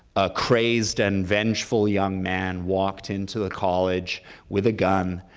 a crazed and vengeful young man walked into the college with a gun,